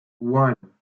one